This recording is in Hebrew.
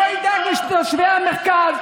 לא ידאג לתושבי המרכז,